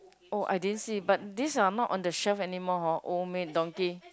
oh I didn't see but these are not on the shelf anymore hor Old-Maid Donkey